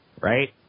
Right